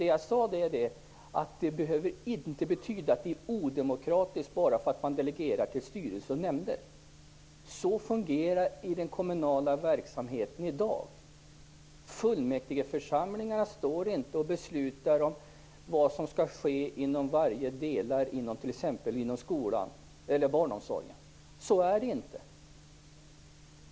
Det jag sade var att det inte behöver betyda att det är odemokratiskt bara därför att man delegerar till styrelser och nämnder. Så fungerar det i den kommunala verksamheten i dag. Fullmäktigeförsamlingarna beslutar inte om vad som skall ske i alla delar inom t.ex. skolan eller barnomsorgen. Så är det inte.